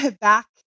back